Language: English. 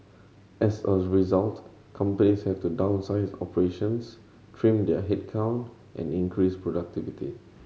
as a result companies have to downsize operations trim their headcount and increase productivity